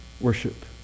worship